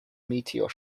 meteor